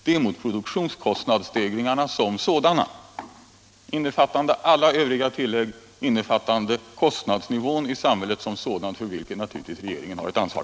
Det är för produktionskostnadsstegringarna som sådana, innefattande alla övriga tillägg, och för kostnadsnivån i samhället som sådan, för vilken naturligtvis regeringen har ett ansvar.